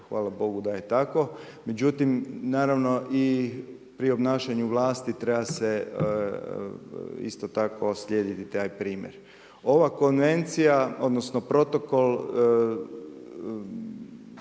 hvala Bogu da je tako. Međutim, naravno i pri obnašanju vlasti treba se isto tako slijedit taj primjer. Ova konvencija, odnosno Protokol